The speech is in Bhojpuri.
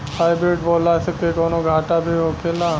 हाइब्रिड बोला के कौनो घाटा भी होखेला?